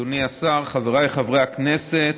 אדוני השר, חבריי חברי הכנסת,